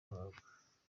mpuzamahanga